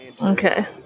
Okay